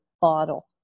bottle